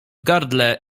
gardle